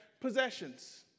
possessions